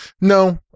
No